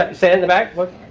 ah say it in the back, what?